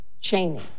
Cheney